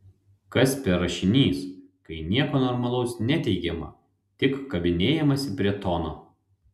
kas per rašinys kai nieko normalaus neteigiama tik kabinėjamasi prie tono